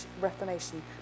Reformation